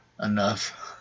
Enough